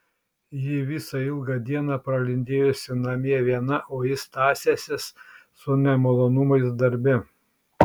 ji visą ilgą dieną pralindėjusi namie viena o jis tąsęsis su nemalonumais darbe